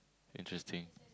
interesting